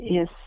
Yes